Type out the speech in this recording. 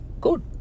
Good